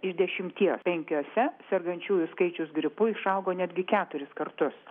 iš dešimties penkiose sergančiųjų skaičius gripu išaugo netgi keturis kartus